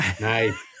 Nice